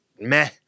meh